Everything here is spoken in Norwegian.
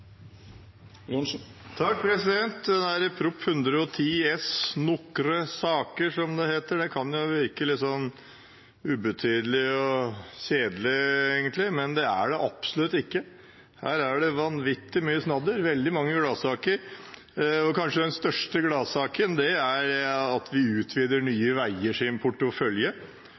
som det heter – kan egentlig virke litt ubetydelig og kjedelig, men det er den absolutt ikke. Her er det vanvittig mye snadder og veldig mange gladsaker. Den kanskje største gladsaken er at vi utvider Nye